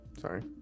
Sorry